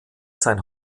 sein